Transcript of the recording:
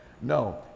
No